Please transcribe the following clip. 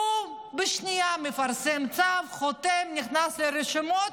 הוא בשנייה מפרסם צו, חותם, נכנס לרשימות,